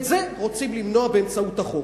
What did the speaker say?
את זה רוצים למנוע באמצעות החוק.